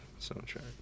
soundtrack